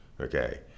Okay